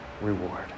reward